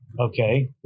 Okay